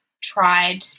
tried